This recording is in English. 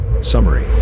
Summary